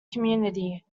community